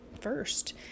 first